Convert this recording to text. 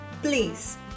Please